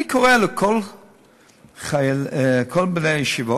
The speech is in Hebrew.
אני קורא לכל בני הישיבות,